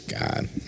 God